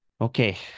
Okay